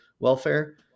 welfare